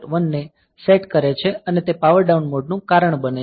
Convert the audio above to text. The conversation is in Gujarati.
1 ને સેટ કરે છે અને તે પાવર ડાઉન મોડનું કારણ બને છે